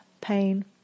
pain